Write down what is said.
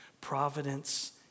providence